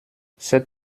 cette